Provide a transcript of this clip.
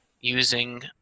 using